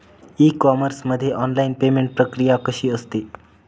E commerce मध्ये online payment प्रक्रिया कशी असते?